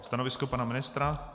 Stanovisko pana ministra?